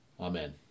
Amen